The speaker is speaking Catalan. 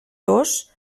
dos